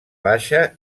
baixa